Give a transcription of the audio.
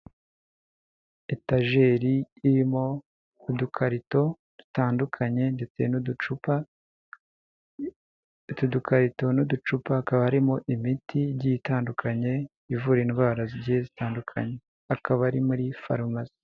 Etajeri irimo udukarito dutandukanye ndetse n'uducupa, utu dukarito n'uducupa hakaba harimo imiti igiye itandukanye ivura indwara zigiye zitandukanye, akaba ari muri farumasi.